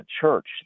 church